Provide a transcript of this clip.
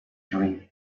dream